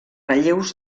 relleus